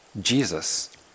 Jesus